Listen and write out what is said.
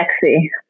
sexy